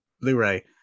Blu-ray